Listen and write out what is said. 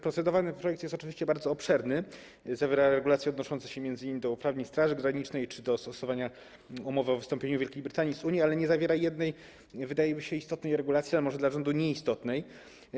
Procedowany projekt jest oczywiście bardzo obszerny, zawiera regulacje odnoszące się m.in. do uprawnień Straży Granicznej czy do stosowania umowy o wystąpieniu Wielkiej Brytanii z Unii, ale nie zawiera jednej, wydaje mi się, istotnej - a może dla rządu nieistotnej - regulacji.